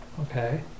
okay